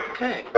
Okay